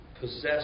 possess